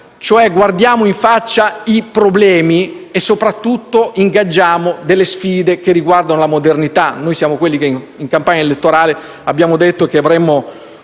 cioè, in faccia i problemi e, soprattutto, ingaggiamo delle sfide che riguardano la modernità. Noi siamo quelli che, in campagna elettorale, abbiamo detto che avremmo